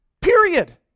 Period